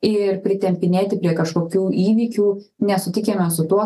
ir pritempinėti prie kažkokių įvykių nesutikime su tuo